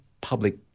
public